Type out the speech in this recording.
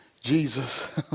Jesus